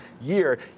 year